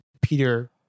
Peter